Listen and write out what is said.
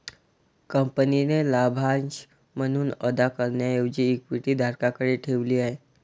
कंपनीने लाभांश म्हणून अदा करण्याऐवजी इक्विटी धारकांकडे ठेवली आहे